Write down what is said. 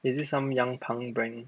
is it some young punk brand